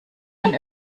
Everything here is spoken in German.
man